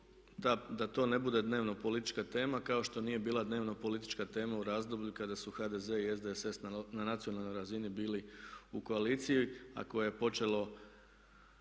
da to ne bude dnevno politička tema kao što nije bila dnevno politička tema u razdoblju kada su HDZ i SDSS na nacionalnoj razini bili u koaliciji a koje je počelo